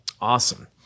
Awesome